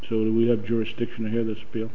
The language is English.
and we have jurisdiction to hear this bill